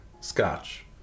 scotch